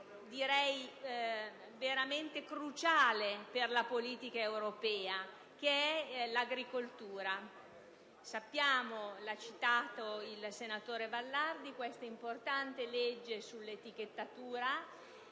settore veramente cruciale per la politica europea, che è l'agricoltura. Conosciamo - l'ha citato il senatore Vallardi - l'importante legge sulla etichettatura.